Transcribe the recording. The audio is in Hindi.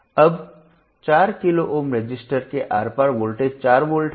अब 4 किलोΩ रेसिस्टर के आर पार वोल्टेज 4 वोल्ट है